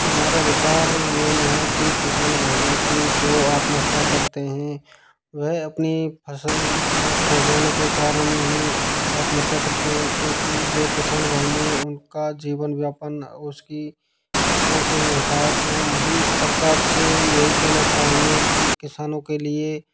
हमारा विचार यही है कि किसान भाइयों की जो आत्महत्या करते हैं वह अपनी फ़सल नष्ट हो जाने के कारण ही आत्महत्या करते हैं क्योंकि जो किसान भाई हैं उनका जीवन व्यापन उसकी फ़सलों से ही होता है तो हम सरकर से यही कहना चाहेंगे कि किसानों के लिए